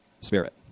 Spirit